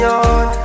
on